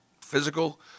physical